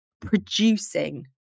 producing